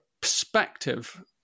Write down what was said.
perspective